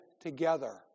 together